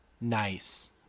nice